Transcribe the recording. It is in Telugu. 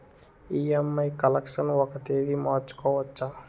ఇ.ఎం.ఐ కలెక్షన్ ఒక తేదీ మార్చుకోవచ్చా?